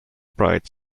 bright